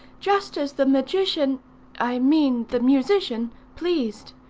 just as the magician i mean the musician pleased.